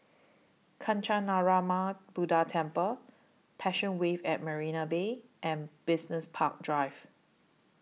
Kancanarama Buddha Temple Passion Wave At Marina Bay and Business Park Drive